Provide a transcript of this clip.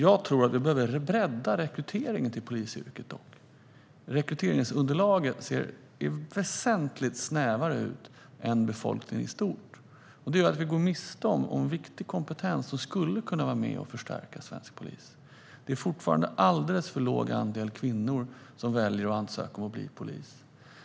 Jag tror att vi behöver bredda rekryteringen till polisyrket. Rekryteringsunderlaget ser väsentligt snävare ut än befolkningen i stort, och det gör att vi går miste om viktig kompetens som skulle kunna vara med och förstärka svensk polis. Det är fortfarande en alldeles för låg andel kvinnor bland dem som väljer att ansöka om att bli polis.